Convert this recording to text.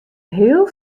heel